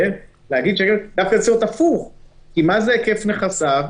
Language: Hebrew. זה צריך להיות הפוך, כי מה זה היקף נכסיו?